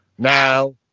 Now